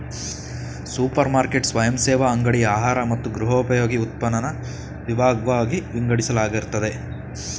super market ಸ್ವಯಂಸೇವಾ ಅಂಗಡಿ ಆಹಾರ ಮತ್ತು ಗೃಹೋಪಯೋಗಿ ಉತ್ಪನ್ನನ ವಿಭಾಗ್ವಾಗಿ ವಿಂಗಡಿಸಲಾಗಿರ್ತದೆ